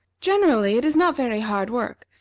generally it is not very hard work,